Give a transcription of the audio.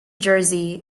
jersey